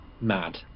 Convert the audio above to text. mad